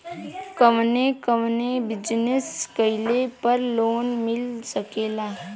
कवने कवने बिजनेस कइले पर लोन मिल सकेला?